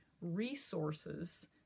resources